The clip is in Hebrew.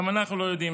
גם אנחנו לא יודעים.